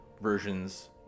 versions